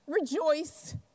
rejoice